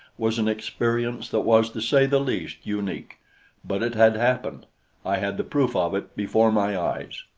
was an experience that was to say the least unique but it had happened i had the proof of it before my eyes.